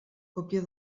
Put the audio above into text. còpia